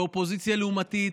באופוזיציה לעומתית,